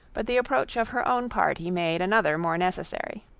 but the approach of her own party made another more necessary.